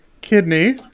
Kidney